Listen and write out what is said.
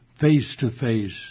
face-to-face